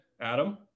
Adam